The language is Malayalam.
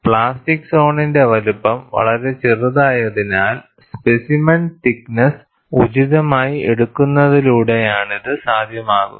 പ്ലാസ്റ്റിക് സോണിന്റെ വലുപ്പം വളരെ ചെറുതായതിനാൽ സ്പെസിമെൻ തിക്ക് നെസ്സ് ഉചിതമായി എടുക്കുന്നതിലൂടെയാണിത് സാധ്യമാകുന്നത്